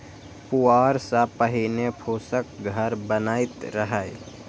पुआर सं पहिने फूसक घर बनैत रहै